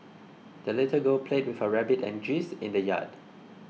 the little girl played with her rabbit and geese in the yard